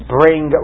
bring